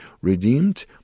redeemed